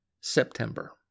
September